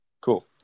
cool